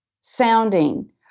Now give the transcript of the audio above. sounding